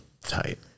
tight